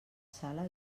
sala